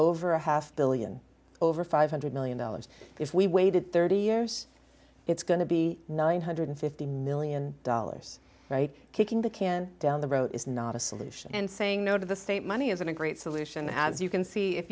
over a half billion over five hundred million dollars if we waited thirty years it's going to be nine hundred fifty million dollars right kicking the can down the road is not a solution and saying no to the state money isn't a great solution as you can see if